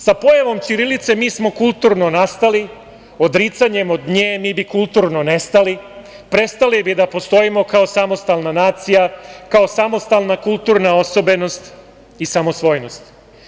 Sa pojavom ćirilice mi smo kulturno nastali, odricanjem od nje mi bi kulturno nestali, prestali bi da postojimo kao samostalna nacija, kao samostalna kulturna osobenost i samosvojnost.